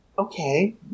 Okay